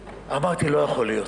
אמרתי: לא יכול להיות,